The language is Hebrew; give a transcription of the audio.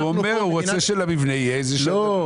הוא אומר שהוא רוצה שלמבנה יהיה --- לא.